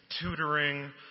tutoring